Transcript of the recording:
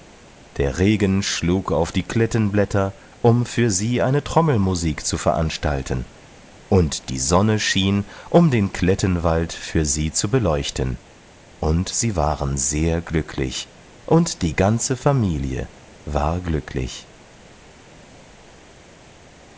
der regen schlug auf die klettenblätter um für sie eine trommelmusik zu veranstalten und die sonne schien um den klettenwald für sie zu beleuchten und sie waren sehr glücklich und die ganze familie war glücklich